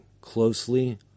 closely